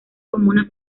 comuna